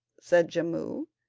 said jimmu,